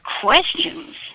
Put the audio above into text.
questions